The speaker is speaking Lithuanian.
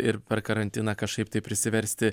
ir per karantiną kažkaip taip prisiversti